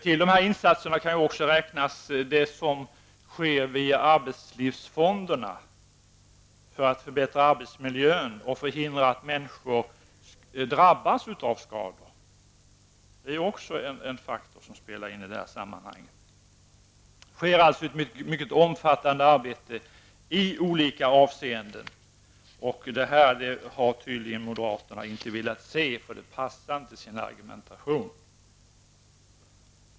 Till de insatserna räknas också det som sker via arbetslivsfonderna för att förbättra arbetsmiljön och förhindra att människor drabbas av skador -- det är också en faktor som spelar in i sammanhanget. Det sker alltså ett mycket omfattande arbete i olika avseenden. Det har moderaterna tydligen inte velat se -- det passar inte deras argumentation.